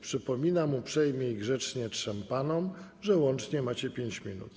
Przypominam uprzejmie i grzecznie trzem panom, że łącznie macie 5 minut.